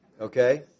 okay